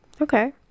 Okay